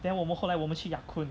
then 我们后来我们去 ya kun